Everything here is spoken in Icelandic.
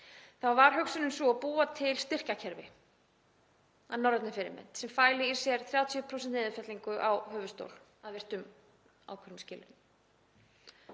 þá var hugsunin sú að búa til styrkjakerfi að norrænni fyrirmynd sem fæli í sér 30% niðurfellingu á höfuðstól að virtum ákveðnum skilyrðum.